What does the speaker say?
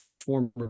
former